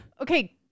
okay